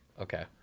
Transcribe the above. okay